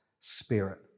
Spirit